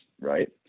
right